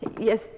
Yes